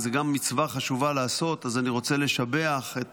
זו גם מצווה חשובה לעשות, אז אני רוצה לשבח את